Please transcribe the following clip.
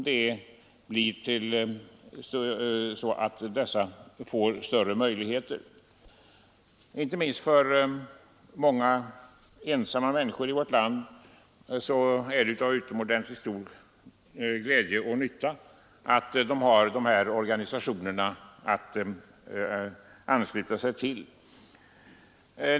De är till utomordentligt stor glädje och nytta inte minst för många ensamma människor i vårt land. För dem är det värdefullt att de har dessa organisationer att ansluta sig till.